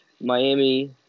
Miami